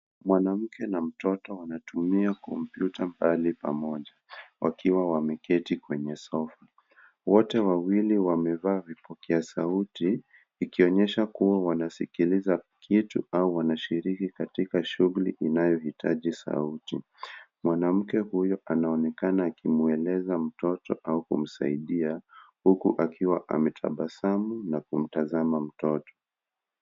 Mwanamke na mtoto wanatumia kompyuta mbali pamoja, wakiwa wameketi kwenye sofa. Wote wawili wamevaa vipokea sauti, ikonyesha kuwa wanasikiliza kitu au wanashiriki katika shughuli inayohitaji sauti. Mwanamke huyo anaonekana akimweleza mtoto au kumsaidia, huku akiwa anatabasamu na kumtazama mtoto.